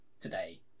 today